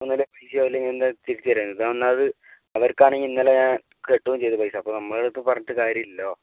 ഒന്നും ഇല്ലെങ്കിൽ പൈസയോ അല്ലെങ്കിൽ എന്തെങ്കിലും തിരിച്ച് തരാമായിരുന്നു ഇത് ഒന്നാമത് അവർക്കാണങ്കിൽ ഇന്നലെ ഞാൻ കെട്ടുകയും ചെയ്ത് പൈസ അപ്പം നമ്മളെ അടുത്ത് പറഞ്ഞിട്ട് കാര്യം ഇല്ലല്ലോ